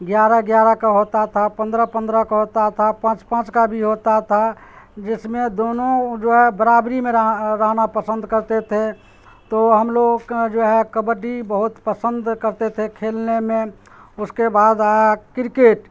گیارہ گیارہ کا ہوتا تھا پندرہ پندرہ کا ہوتا تھا پانچ پانچ کا بھی ہوتا تھا جس میں دونوں جو ہے برابری میں رہا رہنا پسند کرتے تھے تو ہم لوگ جو ہے کبڈی بہت پسند کرتے تھے کھیلنے میں اس کے بعد کرکٹ